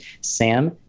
Sam